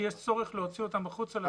כשיש צורך להוציא אותם החוצה לציבור.